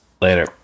Later